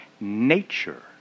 nature